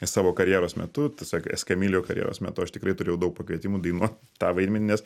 savo karjeros metu tiesiog eskamilijo karjeros metu aš tikrai turėjau daug pakvietimų dainuot tą vaidmenį nes